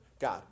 God